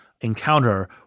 encounter